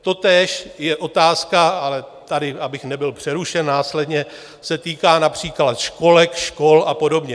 Totéž je otázka, ale abych tady nebyl přerušen následně, se týká například školek, škol a podobně.